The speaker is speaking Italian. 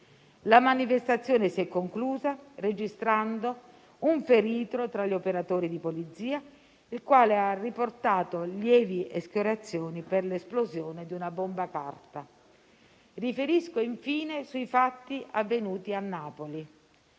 La manifestazione si è conclusa registrando un ferito tra gli operatori di polizia, il quale ha riportato lievi escoriazioni per l'esplosione di una bomba carta. Riferisco, infine, sui fatti avvenuti a Napoli.